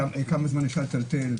כמה זמן אפשר לטלטל,